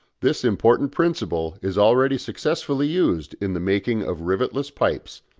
this important principle is already successfully used in the making of rivetless pipes,